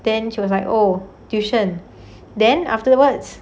then she was like oh tuition then afterwards